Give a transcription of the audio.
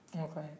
Okay